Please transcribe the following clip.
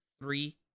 three